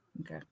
Okay